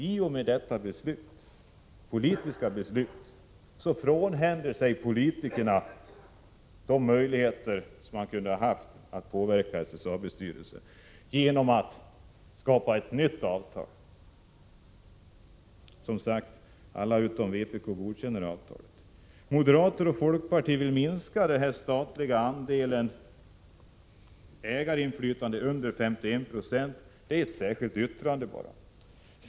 I och med detta politiska beslut frånhänder sig politikerna de möjligheter man kunde ha haft att påverka SSAB:s styrelse. Som sagt, alla utom vpk godkänner avtalet. Moderaterna och folkpartiet vill minska den statliga andelen ägarinflytande till under 51 96. Det säger man i ett särskilt yttrande.